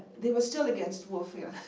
they were still against warfare.